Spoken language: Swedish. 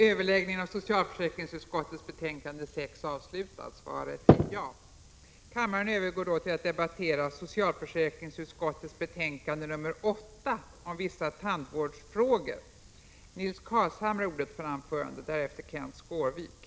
Beträffande socialutskottets betänkande 11 är ingen talare anmäld. Kammaren övergår därför till att debattera socialutskottets betänkande 12 om tidsbegränsning av anställning som assistenttandläkare inom folktandvården.